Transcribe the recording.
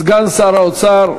סגן שר האוצר,